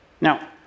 Now